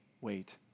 wait